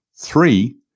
Three